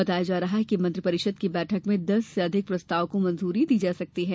बताया जा रहा है कि मंत्रिपरिषद की बैठक में दस से अधिक प्रस्ताव को मंजूरी दी जा सकती है